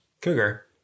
cougar